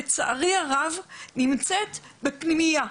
לצערי הרב נמצאת בפנימייה.